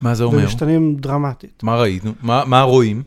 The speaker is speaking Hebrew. מה זה אומר? ומשתנים דרמטית. מה ראינו, מה רואים?